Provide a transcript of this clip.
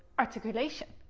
articulation!